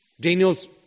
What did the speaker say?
Daniel's